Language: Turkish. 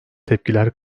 tepkiler